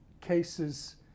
cases